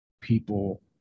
people